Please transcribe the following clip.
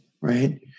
Right